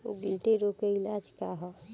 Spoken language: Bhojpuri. गिल्टी रोग के इलाज का ह?